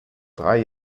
drei